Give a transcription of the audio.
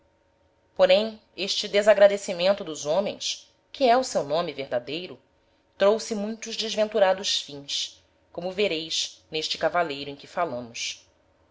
porém este desagradecimento dos homens que é o seu nome verdadeiro trouxe muitos desventurados fins como vereis n'este cavaleiro em que falâmos